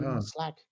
Slack